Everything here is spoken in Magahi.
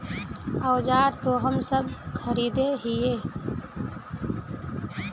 औजार तो हम सब खरीदे हीये?